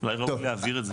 אולי ראוי להעביר את זה.